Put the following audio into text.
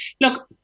look